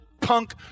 punk